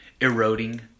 Eroding